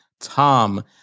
Tom